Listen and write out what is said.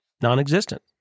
non-existent